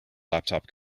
laptop